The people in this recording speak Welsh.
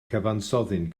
cyfansoddyn